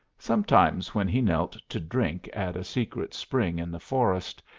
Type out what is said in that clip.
sometimes when he knelt to drink at a secret spring in the forest,